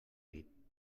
dit